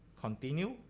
continue